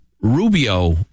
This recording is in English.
Rubio